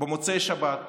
במוצאי שבת,